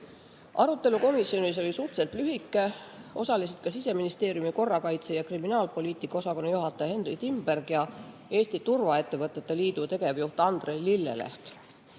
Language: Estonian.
komisjonis oli suhteliselt lühike. Osalesid ka Siseministeeriumi korrakaitse- ja kriminaalpoliitika osakonna juhataja Henry Timberg ja Eesti Turvaettevõtete Liidu tegevjuht Andre Lilleleht.